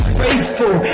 faithful